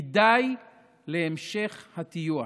כי די להמשך הטיוח.